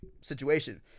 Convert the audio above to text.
situation